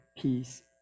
peace